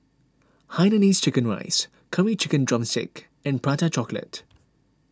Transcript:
Hainanese Chicken Rice Curry Chicken Drumstick and Prata Chocolate